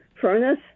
furnace